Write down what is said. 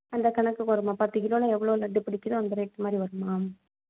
அந்த கணக்குக்கு வருமா பத்து கிலோவில எவ்வளோ லட்டு பிடிக்குதோ அந்த ரேட் மாதிரி வருமா